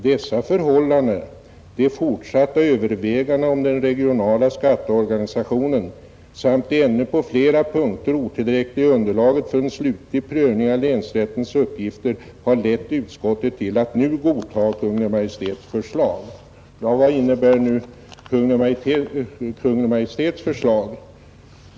Dessa förhållanden, de fortsatta övervägandena om u den regionala skatteorganisationen samt det ännu på flera punkter otillräckliga underlaget för en slutlig prövning av länsrättens uppgifter har lett utskottet till att nu godta Kungl. Maj:ts förslag.” Ja, vad innebär nu Kungl. Maj:ts förslag?